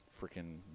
freaking